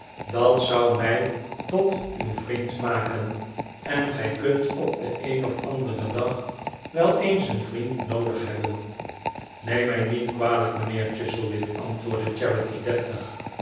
dat zou mij tot uw vriend maken en gij kunt op den een of anderen dag wel eens een vriend noodig hebben neem mij niet kwalijk mijnheer chuzzlewit antwoordde charity deftig